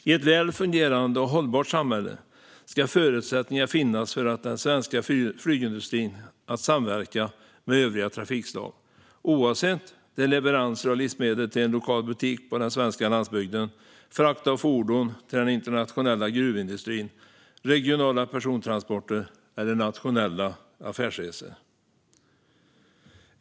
I ett väl fungerande och hållbart samhälle ska förutsättningar finnas för den svenska flygindustrin att samverka med övriga trafikslag, oavsett om det handlar om leveranser av livsmedel till en lokal butik på den svenska landsbygden, frakt av fordon till den internationella gruvindustrin, regionala persontransporter eller nationella affärsresor.